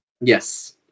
Yes